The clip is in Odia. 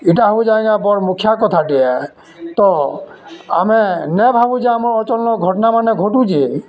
ଇଟା ହଉଚେ ଆଜ୍ଞା ବଡ଼୍ ମୁଖ୍ୟା କଥାଟେ ଆଏ ତ ଆମେ ନେ ଭାବୁ ଯେ ଆମ ଅଚଳନ ଘଟ୍ନା ମାନେ ଘଟୁଚେ